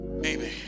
baby